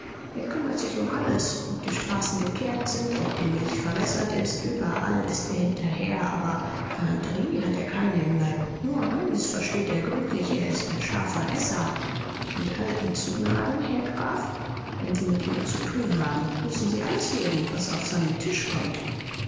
er kümmert sich um alles ob die straßen gekehrt sind ob die milch verwässert ist überall ist er hinterher aber galanterie hat er keine im leib nur eines versteht er gründlich er ist ein scharfer esser und halten zu gnaden herr graf wenn sie mit ihm zu tun haben müssen sie alles loben was auf seinen tisch kommt